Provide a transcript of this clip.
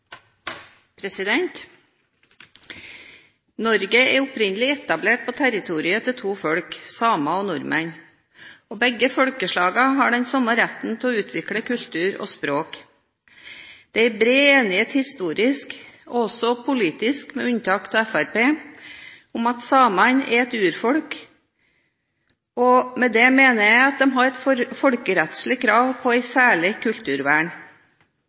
Norge ble opprinnelig etablert på territoriet til to folk, samer og nordmenn, og begge folkeslagene har den samme retten til å utvikle kultur og språk. Det er bred enighet historisk og politisk – med unntak av Fremskrittspartiet – om at samene er et urfolk. Jeg mener at de med dette folkerettslig har krav på et særlig kulturvern.